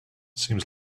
seems